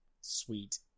Sweet